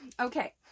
Okay